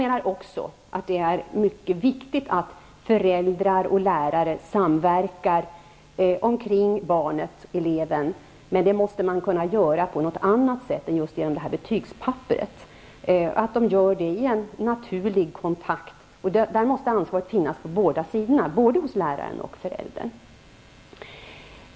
Också jag anser att det är mycket viktigt att föräldrar och lärare samverkar kring barnet, eleven, men denna samverkan måste kunna ske på något annat sätt än just genom betyg. Kontakten skall vara naturlig, och ansvaret skall ligga hos både föräldern och läraren.